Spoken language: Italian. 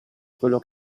quello